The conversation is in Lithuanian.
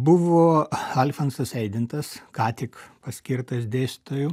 buvo alfonsas eidintas ką tik paskirtas dėstytoju